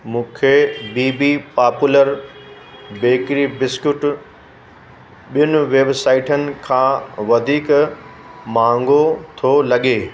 मूंखे बी बी पापुलर बेकरी बिस्कुट ॿिनि वेबसाइटनि खां वधीक महांगो थो लॻे